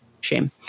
shame